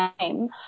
name